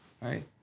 right